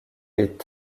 est